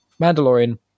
Mandalorian